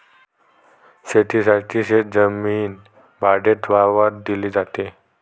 शेतीसाठी शेतजमीन भाडेतत्त्वावर दिली जाते